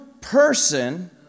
person